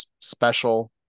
special